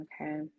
okay